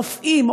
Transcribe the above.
רופאים,